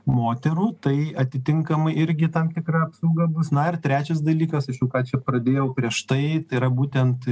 moterų tai atitinkamai irgi tam tikra apsauga bus na ir trečias dalykas ką čia pradėjau prieš tai yra būtent